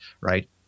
right